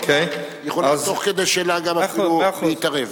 היא יכולה תוך כדי שאלה גם אפילו להתערב.